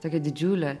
tokią didžiulę